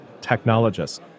technologists